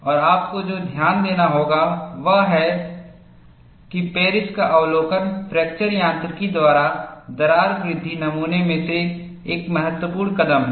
और आपको जो ध्यान देना होगा वह यह है कि पेरिस का अवलोकन फ्रैक्चर यांत्रिकी द्वारा दरार वृद्धि नमूना में एक महत्वपूर्ण कदम है